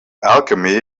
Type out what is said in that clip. alchemy